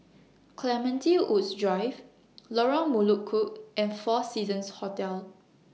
Clementi Woods Drive Lorong Melukut and four Seasons Hotel